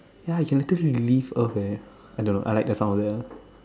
ya you can literally leave earth eh I don't know I like the sound of that ah